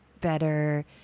better